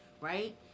right